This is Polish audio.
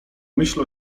myśl